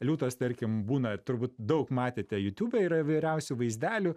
liūtas tarkim būna turbūt daug matėte jutube yra įvairiausių vaizdelių